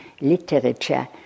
literature